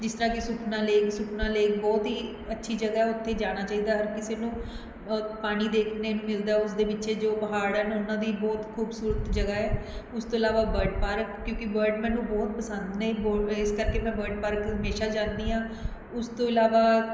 ਜਿਸ ਤਰ੍ਹਾਂ ਕਿ ਸੁਖਨਾ ਲੇਕ ਸੁਖਨਾ ਲੇਕ ਬਹੁਤ ਹੀ ਅੱਛੀ ਜਗ੍ਹਾ ਉੱਥੇ ਜਾਣਾ ਚਾਹੀਦਾ ਹਰ ਕਿਸੇ ਨੂੰ ਪਾਣੀ ਦੇਖਣੇ ਨੂੰ ਮਿਲਦਾ ਉਸ ਦੇ ਪਿੱਛੇ ਜੋ ਪਹਾੜ ਹੈ ਉਹਨਾਂ ਦੀ ਬਹੁਤ ਖੂਬਸੂਰਤ ਜਗ੍ਹਾ ਹੈ ਉਸ ਤੋਂ ਇਲਾਵਾ ਬਰਡ ਪਾਰਕ ਕਿਉਂਕਿ ਬਰਡ ਮੈਨੂੰ ਬਹੁਤ ਪਸੰਦ ਨੇ ਬ ਇਸ ਕਰਕੇ ਮੈਂ ਬਰਡ ਪਾਰਕ ਹਮੇਸ਼ਾ ਜਾਂਦੀ ਹਾਂ ਉਸ ਤੋਂ ਇਲਾਵਾ